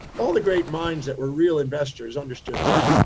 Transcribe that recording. all the great minds that were real investors understood this.